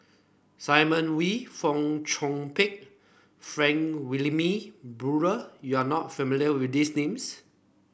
Simon Wee Fong Chong Pik Frank Wilmin Brewer you are not familiar with these names